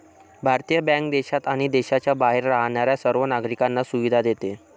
भारतीय बँक देशात आणि देशाच्या बाहेर राहणाऱ्या सर्व नागरिकांना सुविधा देते